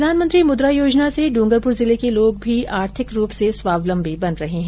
प्रधानमंत्री मुद्रा योजना से ड्ंगरपुर जिले के लोग भी आर्थिक रूप से स्वावलंबी बन रहे है